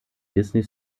disney